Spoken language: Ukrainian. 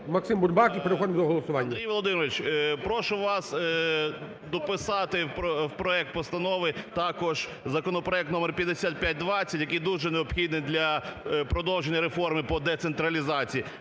Максим Бурбак і переходимо до голосування. 10:53:10 БУРБАК М.Ю. Андрій Володимирович, прошу вас дописати у проект постанови також законопроект №5520, який дуже необхідний для продовження реформи по децентралізації,